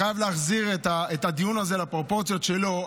הוא לא חייב לדקלם את דף המסרים והשקרים של נתניהו.